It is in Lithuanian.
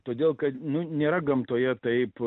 todėl kad nu nėra gamtoje taip